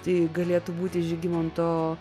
tai galėtų būti žygimanto